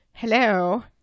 hello